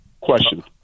Question